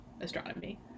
astronomy